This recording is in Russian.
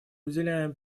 уделяем